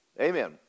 Amen